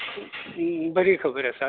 ही बरी खबर आसा